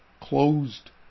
closed